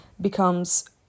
becomes